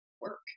work